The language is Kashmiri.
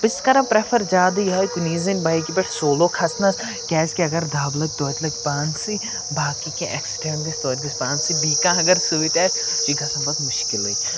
بہٕ چھُس کَران پرٛیٚفَر زیادٕ یِہٲے کُنی زٔنۍ بایکہِ پٮ۪ٹھ سولو کھَسنَس کیٛازِکہِ اگر دَب لَگہِ توتہِ لَگہِ پانسٕے باقٕے کیٚنٛہہ ایٚکسِڈیٚنٛٹ گژھہِ توتہِ گژھہِ پانسٕے بیٚیہِ کانٛہہ اگر سۭتۍ آسہِ سُہ چھُ گژھان پَتہٕ مُشکلٕے